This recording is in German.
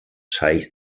scheich